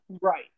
right